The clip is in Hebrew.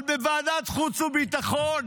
אבל בוועדת החוץ והביטחון